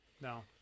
No